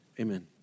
Amen